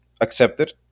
accepted